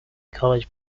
college